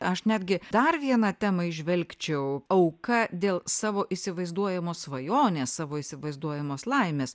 aš netgi dar vieną temą įžvelgčiau auka dėl savo įsivaizduojamos svajonės savo įsivaizduojamos laimės